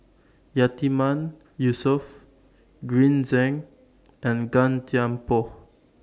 Yatiman Yusof Green Zeng and Gan Thiam Poh